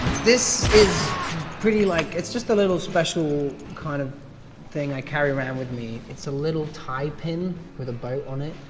this is pretty, like, it's just a little special kind of thing i carry around with me. it's a little tie pin with a bow on it.